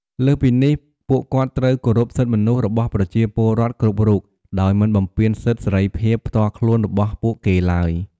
លើសពីនេះ ពួកគាត់ត្រូវ គោរពសិទ្ធិមនុស្ស របស់ប្រជាពលរដ្ឋគ្រប់រូប ដោយមិនបំពានសិទ្ធិសេរីភាពផ្ទាល់ខ្លួនរបស់ពួកគេឡើយ។